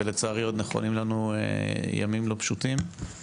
ולצערי עוד נכונים לנו ימים לא פשוטים.